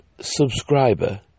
subscriber